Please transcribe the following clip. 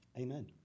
Amen